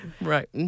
Right